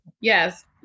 Yes